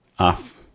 Off